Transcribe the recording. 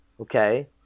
okay